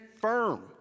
firm